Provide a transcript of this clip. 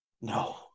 no